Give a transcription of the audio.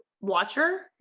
watcher